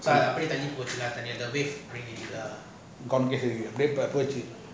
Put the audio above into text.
போச்சி:pochi